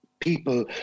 people